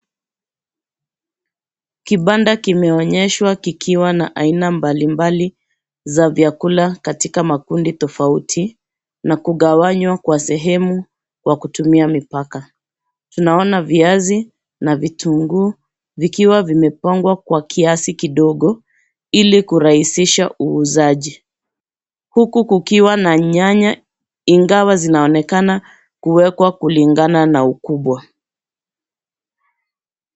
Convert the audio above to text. Kibanda kimeonyeshwa kikiwa na aina mbalimbali za vyakula katika makundi tofauti na kugawanywa kwa sehemu kwa kutumia mipaka. Tunaona viazi na vitunguu vikiwa vimepangwa kwa kiasi kidogo ili kurahisisha uuzaji. Huku kukiwa na nyanya ingawa zinaonekana kuwekwa kulingana na ukubwa.